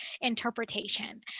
interpretation